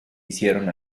hicieron